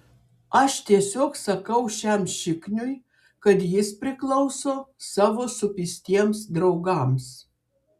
aš tiesiog sakau šiam šikniui kad jis priklauso savo supistiems draugams